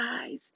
eyes